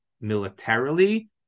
militarily